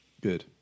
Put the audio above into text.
Good